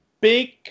big